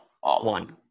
One